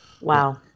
Wow